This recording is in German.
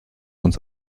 uns